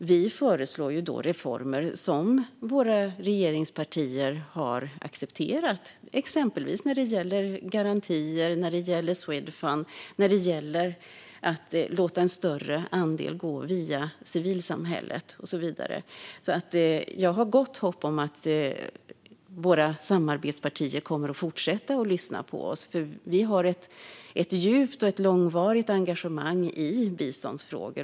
Vi föreslår reformer som regeringspartierna har accepterat, exempelvis när det gäller garantier, Swedfund och att låta en större andel gå via civilsamhället. Jag har gott hopp om att våra samarbetspartier kommer att fortsätta lyssna på oss. Vi har ett djupt och långvarigt engagemang i biståndsfrågor.